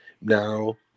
Now